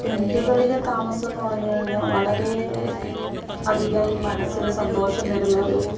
ടെൻ്റുകളിലെ താമസം എന്ന് പറഞ്ഞു കഴിഞ്ഞാൽ വളരെ അധികം മനസ്സിന് സന്തോഷം തരുന്ന ഒരു